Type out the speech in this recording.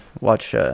watch